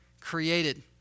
created